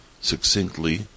succinctly